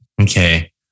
Okay